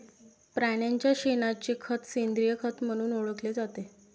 प्राण्यांच्या शेणाचे खत सेंद्रिय खत म्हणून ओळखले जाते